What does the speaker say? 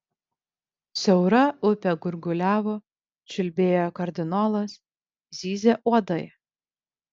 siaura upė gurguliavo čiulbėjo kardinolas zyzė uodai